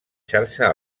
xarxa